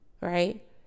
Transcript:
right